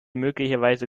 möglicherweise